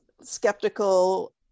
skeptical